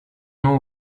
nom